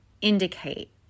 indicate